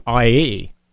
IE